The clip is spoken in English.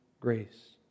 grace